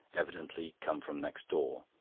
evidently come from next door.